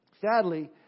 sadly